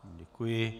Děkuji.